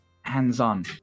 hands-on